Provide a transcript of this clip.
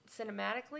cinematically